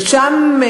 ושם,